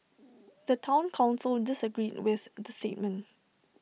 the Town Council disagreed with the statement